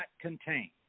contain